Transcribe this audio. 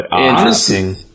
Interesting